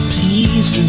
Please